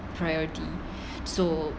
priority so